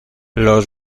los